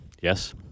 Yes